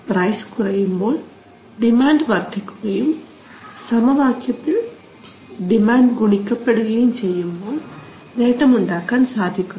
price കുറയുമ്പോൾ demand വർദ്ധിക്കുകയും സമവാക്യത്തിൽ ഡിമാൻഡ് ഗുണിക്കപ്പെടുകയും ചെയ്യുമ്പോൾ നേട്ടമുണ്ടാക്കാൻ സാധിക്കുന്നു